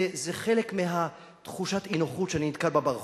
זה חלק מתחושת האי-נוחות שאני נתקל בה ברחוב,